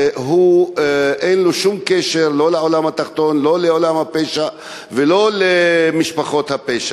אין לו שום קשר לעולם התחתון ולעולם הפשע ולא למשפחות הפשע.